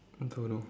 don't know